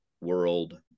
world